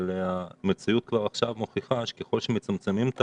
אבל המציאות כבר עכשיו מוכיחה שככל שמצמצמים את